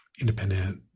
independent